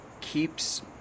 keeps